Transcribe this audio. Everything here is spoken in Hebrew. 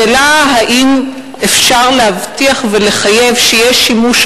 השאלה: האם אפשר להבטיח ולחייב שיהיה שימוש,